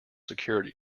security